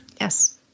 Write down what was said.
Yes